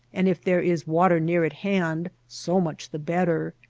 and if there is water near at hand so much the better.